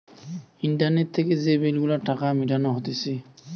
internet থেকে যে bill গুলার টাকা মিটানো হতিছে